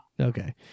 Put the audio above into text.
Okay